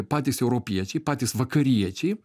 patys europiečiai patys vakariečiai